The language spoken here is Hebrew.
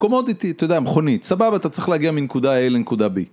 קומודיטי, אתה יודע, מכונית, סבבה, אתה צריך להגיע מנקודה A לנקודה B